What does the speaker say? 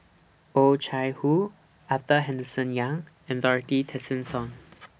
Oh Chai Hoo Arthur Henderson Young and Dorothy Tessensohn